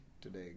today